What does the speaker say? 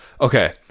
okay